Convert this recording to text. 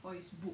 well book